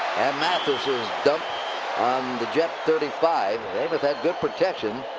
mathis is dumped on the jet thirty five. namath had good protection.